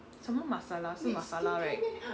samba masala 是 masala right